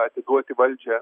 atiduoti valdžią